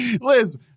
Liz